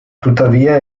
tuttavia